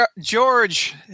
George